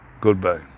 Goodbye